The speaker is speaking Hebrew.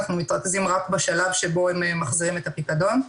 אנחנו מתרכזים רק בשלב שבו הם מחזירים את הפיקדון.